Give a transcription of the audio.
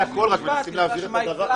מותר לו לדבר.